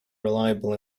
reliable